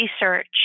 research